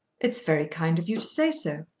it's very kind of you to say so.